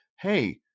hey